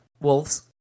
wolves